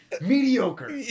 Mediocre